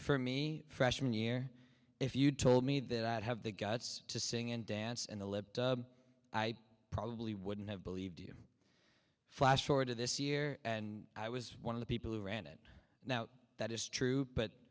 for me freshman year if you told me that i'd have the guts to sing and dance and the lip i probably wouldn't have believed you flash forward to this year and i was one of the people who ran it now that is true but